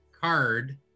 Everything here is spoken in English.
card